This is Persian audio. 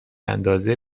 اندازه